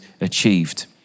achieved